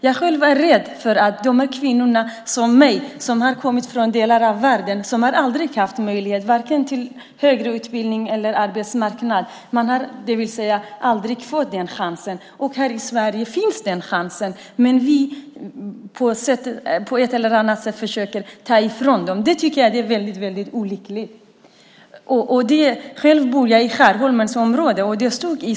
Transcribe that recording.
Jag tänker på de kvinnor som liksom jag kommer från delar av världen där man aldrig haft möjlighet vare sig till högre utbildning eller till att finnas på arbetsmarknaden. Man har aldrig fått den chans som finns här i Sverige. Jag är jag rädd att man på ett eller annat sätt försöker ta ifrån dem den möjligheten. Det tycker jag är väldigt olyckligt. Jag bor i Skärholmsområdet.